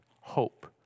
hope